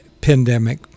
pandemic